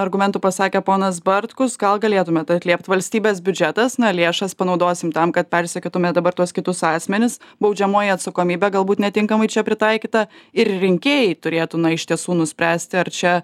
argumentų pasakė ponas bartkus gal galėtumėt atliept valstybės biudžetas na lėšas panaudosim tam kad persekiotume dabar tuos kitus asmenis baudžiamoji atsakomybė galbūt netinkamai čia pritaikyta ir rinkėjai turėtų iš tiesų nuspręsti ar čia